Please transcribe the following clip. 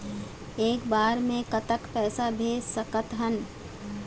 एक बार मे कतक पैसा भेज सकत हन?